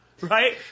Right